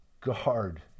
guard